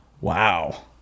wow